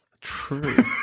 True